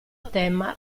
tema